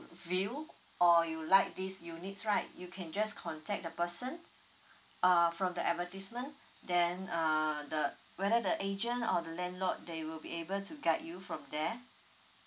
view or you like this units right you can just contact the person err from the advertisement then uh the whether the agent or the landlord they will be able to guide you from there